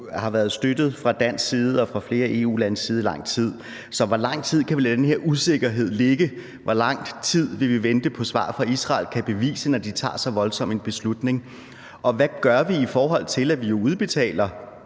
har været støttet fra dansk side og fra flere EU-landes side i lang tid. Så hvor lang tid kan vi lade den her usikkerhed ligge? Hvor lang tid vil vi vente på svar fra Israel på, at de kan bevise det, når de tager så voldsom en beslutning? Og hvad gør vi, i forhold til at vi jo udbetaler